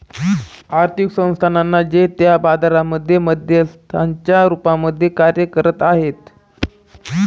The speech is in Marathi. आर्थिक संस्थानांना जे त्या बाजारांमध्ये मध्यस्थांच्या रूपामध्ये कार्य करत आहे